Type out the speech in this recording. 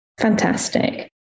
fantastic